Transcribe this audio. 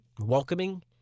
welcoming